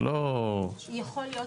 יכול להיות,